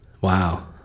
wow